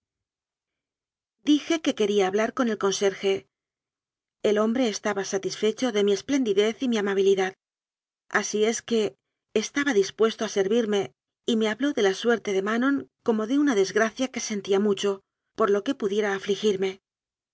dije que quería hablar con el conserje el hom bre estaba satisfecho de mi esplendidez y mi ama bilidad así es que estaba dispuesto a servirme y me habló de la suerte de manon como de una des gracia que sentía mucho por lo que pudiera afiigirme